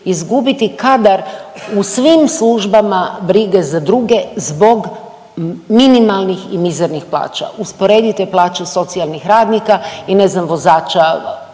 izgubiti kadar u svim službama brige za druge zbog minimalnih i mizernih plaća, usporedite plaće socijalnih radnika i ne znam vozača